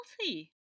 healthy